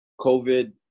COVID